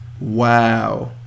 Wow